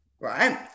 right